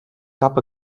cap